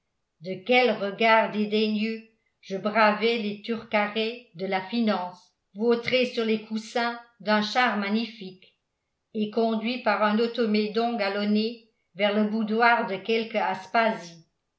de quel regard dédaigneux je bravais les turcarets de la finance vautrés sur les coussins d'un char magnifique et conduits par un automédon galonné vers le boudoir de quelque